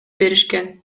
беришкен